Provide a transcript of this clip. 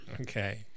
Okay